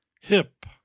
hip